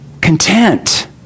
content